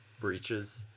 breaches